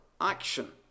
action